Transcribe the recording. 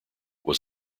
was